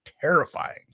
terrifying